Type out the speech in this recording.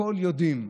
הכול יודעים,